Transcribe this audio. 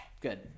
Good